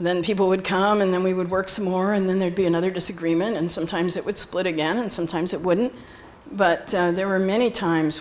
then people would come in then we would work some more and then there'd be another disagreement and sometimes it would split again and sometimes it wouldn't but there were many times